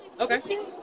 Okay